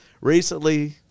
recently